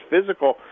physical –